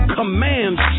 commands